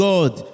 God